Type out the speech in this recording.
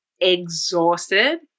exhausted